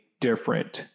different